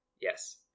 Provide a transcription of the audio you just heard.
Yes